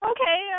Okay